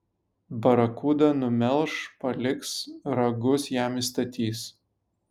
barakuda numelš paliks ragus jam įstatys